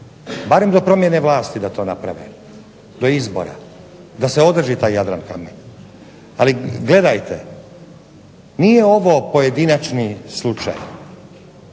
barem do promjene vlasti da to naprave, do izbora, da se održi taj Jadran kamen. Ali gledajte, nije ovo pojedinačni slučaj